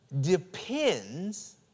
depends